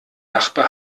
nachbar